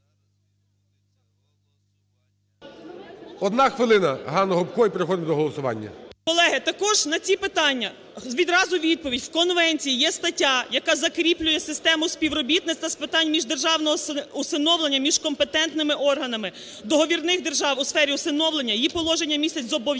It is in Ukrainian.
Одна хвилина, Ганна Гопко. І переходимо до голосування. 12:08:03 ГОПКО Г.М. Колеги, також на ці питання відразу відповідь. В конвенції є стаття, яка закріплює систему співробітництва з питань міждержавного усиновлення між компетентними органами договірних держав у сфері усиновлення, її положення містять зобов'язання